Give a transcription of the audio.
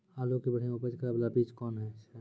आलू के बढ़िया उपज करे बाला बीज कौन छ?